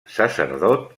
sacerdot